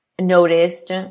noticed